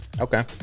Okay